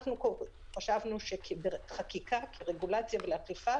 אנחנו חשבנו שבחקיקה כרגולציה לאכיפה